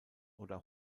oder